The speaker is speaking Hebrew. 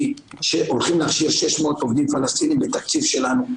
הולכים להכשיר 600 עובדים פלסטינים בתקציב שלנו,